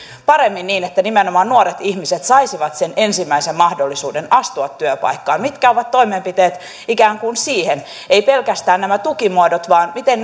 paremmin niin että nimenomaan nuoret ihmiset saisivat sen ensimmäisen mahdollisuuden astua työpaikkaan mitkä ovat toimenpiteet ikään kuin siihen eivät pelkästään nämä tukimuodot vaan miten